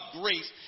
grace